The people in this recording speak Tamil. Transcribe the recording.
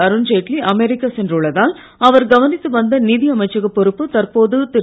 அருண்ஜெய்ட்லி அமெரிக்கா சென்றுள்ளதால் அவர் கவனித்து வந்த நிதி அமைச்சக பொறுப்பு தற்போது திரு